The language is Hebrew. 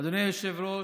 אדוני היושב-ראש,